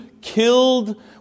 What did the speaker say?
killed